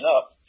up